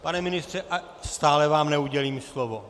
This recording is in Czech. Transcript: Pane ministře, stále vám neudělím slovo.